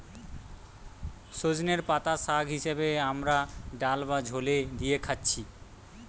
সজনের পাতা শাগ হিসাবে আমরা ডাল বা ঝোলে দিয়ে খাচ্ছি